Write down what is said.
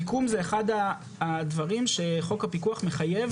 מיקום זה אחד הדברים שחוק הפיקוח מחייב